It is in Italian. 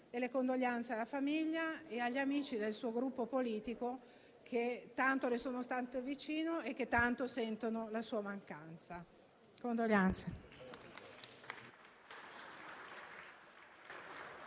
e le condoglianze alla famiglia e agli amici del suo Gruppo politico, che tanto le sono stati vicino e che tanto sentono la sua mancanza. Condoglianze.